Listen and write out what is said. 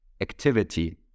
activity